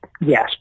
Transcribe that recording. Yes